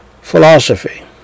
philosophy